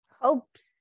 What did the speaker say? Hopes